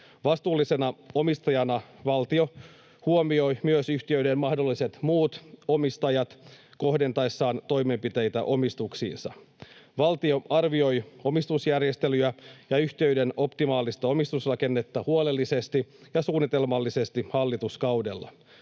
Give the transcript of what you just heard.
Vastuullisena omistajana valtio huomioi myös yhtiöiden mahdolliset muut omistajat kohdentaessaan toimenpiteitä omistuksiinsa. Valtio arvioi omistusjärjestelyjä ja yhtiöiden optimaalista omistusrakennetta huolellisesti ja suunnitelmallisesti hallituskaudella.